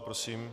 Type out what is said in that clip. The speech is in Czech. Prosím.